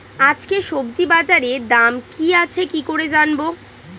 আজকে সবজি বাজারে দাম কি আছে কি করে জানবো?